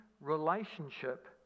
relationship